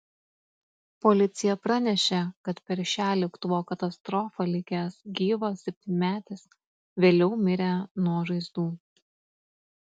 policija pranešė kad per šią lėktuvo katastrofą likęs gyvas septynmetis vėliau mirė nuo žaizdų